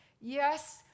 yes